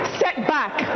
setback